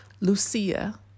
Lucia